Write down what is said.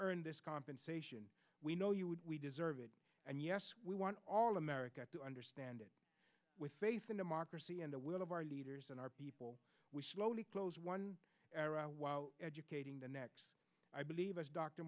earn this compensation we know you would we deserve it and yes we want all america to understand it with faith in democracy and the will of our leaders and our people we slowly close one educating the next i believe as dr